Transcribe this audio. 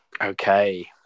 Okay